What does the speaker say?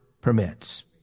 permits